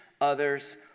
others